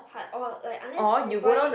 hard or like unless you buy